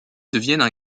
deviennent